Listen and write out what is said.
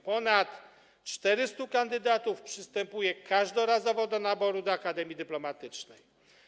Ponad 400 kandydatów przystępuje każdorazowo do naboru do Akademii Dyplomatycznej.